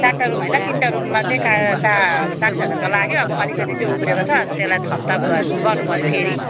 चारवटा रुम होइन तिनवटा रुममा चाहिँ कहाँ कहाँ अब चालिस हजारको लाग्यो अब अलिकति चाहिँ उब्रिएको छ अन्त त्यसलाई चाहिँ थपथाप गर गर्नुपऱ्यो फेरि